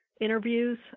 interviews